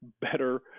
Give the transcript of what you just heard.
better